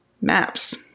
maps